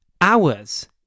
hours